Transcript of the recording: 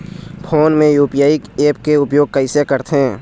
Phone मे UPI app के उपयोग कइसे करथे?